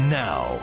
now